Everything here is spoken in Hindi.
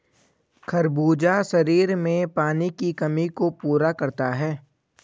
खरबूजा शरीर में पानी की कमी को पूरा करता है